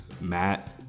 Matt